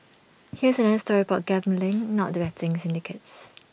here's another story about gambling not betting syndicates